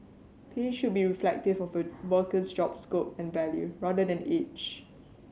pay should be reflective of a worker's job scope and value rather than age